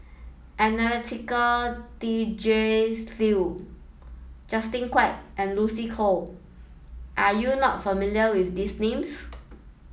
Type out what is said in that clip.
Anastasia Tjendri Liew Justin Quek and Lucy Koh are you not familiar with these names